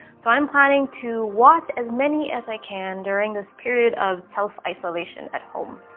so i'm planning to watch as many as i can during this period of self-isolation at home.